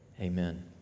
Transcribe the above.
Amen